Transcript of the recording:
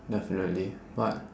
definitely but